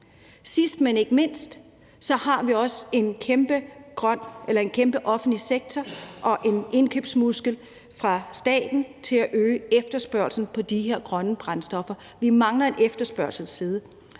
Sidst, men ikke mindst, har vi også en kæmpe offentlig sektor og en indkøbsmuskel fra staten til at øge efterspørgslen på de her grønne brændstoffer. Vi mangler en efterspørgselsside,